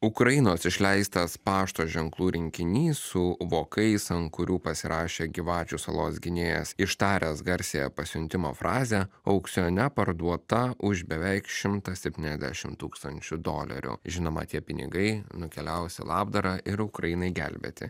ukrainos išleistas pašto ženklų rinkinys su vokais ant kurių pasirašė gyvačių salos gynėjas ištaręs garsiąją pasiuntimo frazę aukcione parduota už beveik šimtą septyniasdešim tūkstančių dolerių žinoma tie pinigai nukeliaus į labdarą ir ukrainai gelbėti